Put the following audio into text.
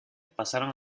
pasaron